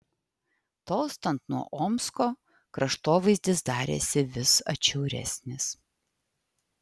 tolstant nuo omsko kraštovaizdis darėsi vis atšiauresnis